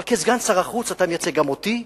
אבל כסגן שר החוץ אתה מייצג גם אותי,